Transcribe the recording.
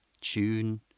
tune